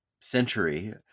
century